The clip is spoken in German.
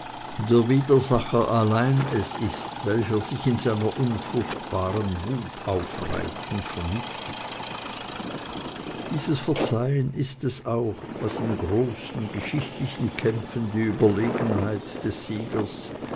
der widersacher allein es ist welcher sich in seiner unfruchtbaren wut aufreibt und vernichtet dies verzeihen ist es auch was in großen geschichtlichen kämpfen die überlegenheit des siegers